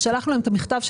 שלחנו להם את המכתב.